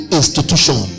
institution